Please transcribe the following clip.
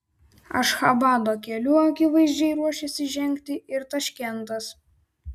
ašchabado keliu akivaizdžiai ruošiasi žengti ir taškentas